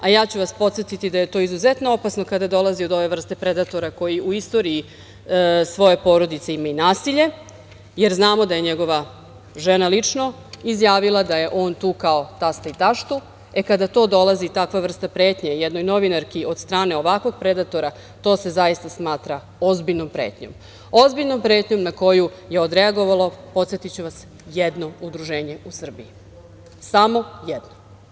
Podsetiću vas da je to izuzetno opasno kada dolazi do ove vrste predatora koji u istoriji svoje porodice ima i nasilje, jer znamo da je njegova žena lično izjavila da je on tukao tasta i taštu, e kada dolazi takva vrsta pretnje jednoj novinarki od strane ovakvog predatora, to se zaista smatra ozbiljnom pretnjom na koju je odreagovalo, podsetiću vas, jedno udruženje u Srbiji, samo jedno.